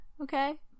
okay